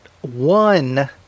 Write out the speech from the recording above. one